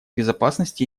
безопасности